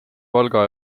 valga